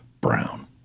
Brown